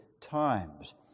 times